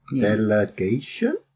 delegation